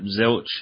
Zilch